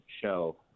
show